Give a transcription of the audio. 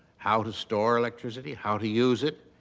how to store electricity, how to use it.